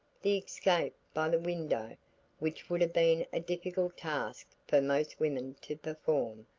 the escape by the window which would have been a difficult task for most women to perform,